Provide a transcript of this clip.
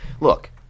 look